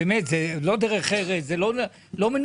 באמת, זאת לא דרך ארץ, זה לא מנומס.